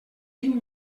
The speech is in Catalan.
vint